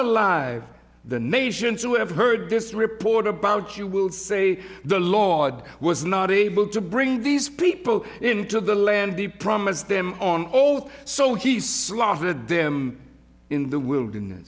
alive the nations who have heard this report about you will say the lord was not able to bring these people into the land the promise them on all so he slaughtered them in the wilderness